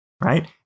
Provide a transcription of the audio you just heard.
right